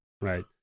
right